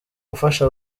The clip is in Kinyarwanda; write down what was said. ufasha